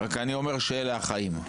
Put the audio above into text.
רק אני אומר שאלה החיים.